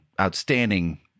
outstanding